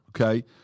Okay